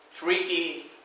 freaky